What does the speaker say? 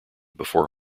before